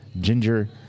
Ginger